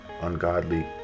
ungodly